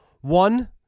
One